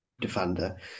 defender